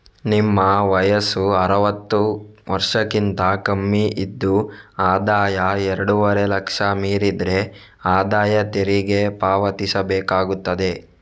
ನಿಮ್ಮ ವಯಸ್ಸು ಅರುವತ್ತು ವರ್ಷಕ್ಕಿಂತ ಕಮ್ಮಿ ಇದ್ದು ಆದಾಯ ಎರಡೂವರೆ ಲಕ್ಷ ಮೀರಿದ್ರೆ ಆದಾಯ ತೆರಿಗೆ ಪಾವತಿಸ್ಬೇಕಾಗ್ತದೆ